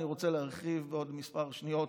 אני רוצה להרחיב בעוד כמה שניות,